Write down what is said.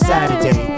Saturday